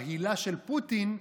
בהילה של פוטין,